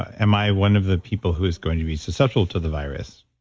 am i one of the people who's going to be susceptible to the virus?